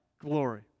glory